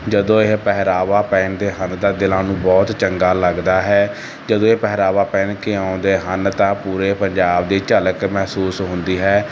ਜਦੋਂ ਇਹ ਪਹਿਰਾਵਾ ਪਹਿਨਦੇ ਹਨ ਤਾਂ ਦਿਲਾਂ ਨੂੰ ਬਹੁਤ ਚੰਗਾ ਲੱਗਦਾ ਹੈ ਜਦੋਂ ਇਹ ਪਹਿਰਾਵਾ ਪਹਿਨ ਕੇ ਆਉਂਦੇ ਹਨ ਤਾਂ ਪੂਰੇ ਪੰਜਾਬ ਦੀ ਝਲਕ ਮਹਿਸੂਸ ਹੁੰਦੀ ਹੈ